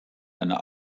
eine